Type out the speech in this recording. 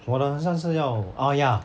我的很像是要 oh ya